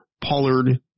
Pollard